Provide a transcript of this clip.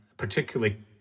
Particularly